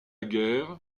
guerre